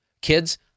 Kids